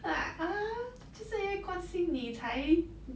like !huh! 就是因为关心你才